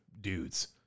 dudes